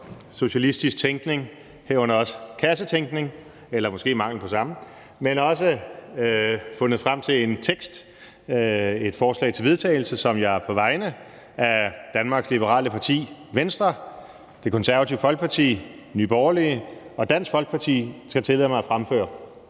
socialistisk tænkning, herunder også kassetænkning – eller måske mangel på samme – men har også fundet frem til en tekst til et forslag til vedtagelse, som jeg på vegne af Venstre, Danmarks Liberale Parti, Det Konservative Folkeparti, Nye Borgerlige og Dansk Folkeparti skal tillade mig at fremføre.